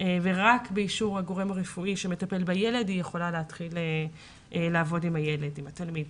ורק באישור הגורם הרפואי שמטפל בילד היא יכולה להתחיל לעבוד עם התלמיד.